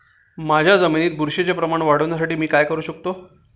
माझ्या जमिनीत बुरशीचे प्रमाण वाढवण्यासाठी मी काय करू शकतो?